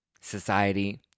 society